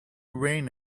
rain